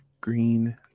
green